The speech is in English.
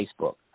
Facebook